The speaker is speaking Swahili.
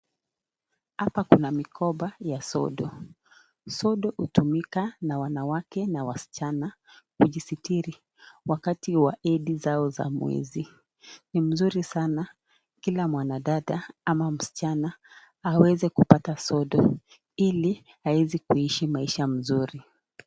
Hapa kuna mikoba ya sodo. Sodo hutumika na wanawake na wasichana kujisitiri wakati wa edhi zao za mwezi. Ni mzuri sana kila mwanadada ama msichana aweze kupata sodo ili aweze kuishi vizuri.